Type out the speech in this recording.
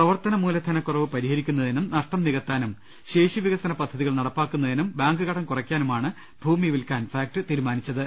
പ്രവർത്തന മൂലധനക്കുറവ് പരിഹരിക്കുന്നതിനും നഷ്ടം നികത്താനും ശേഷി വികസന പദ്ധതികൾ നടപ്പാ ക്കുന്നതിനും ബാങ്ക് കടം കുറയ്ക്കാനുമാണ് ഭൂമി വിൽക്കാൻ ഫാക്ട് തീരുമാനിച്ച ത്